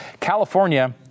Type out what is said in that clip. California